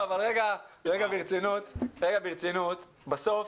אבל רגע ברצינות, בסוף